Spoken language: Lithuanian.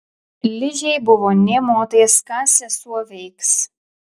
ližei buvo nė motais ką sesuo veiks